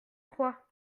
trois